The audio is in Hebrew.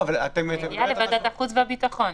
זה הגיע לוועדת החוץ והביטחון.